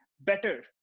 better